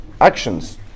actions